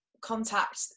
contact